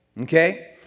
Okay